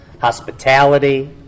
hospitality